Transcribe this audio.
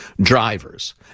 drivers